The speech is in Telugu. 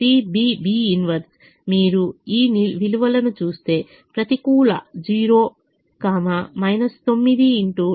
CB B 1 మీరు ఈ విలువను చూస్తే ప్రతికూల 0 9 x 43